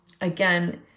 again